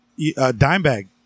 Dimebag